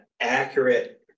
accurate